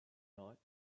night